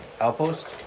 outpost